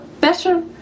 better